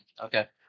Okay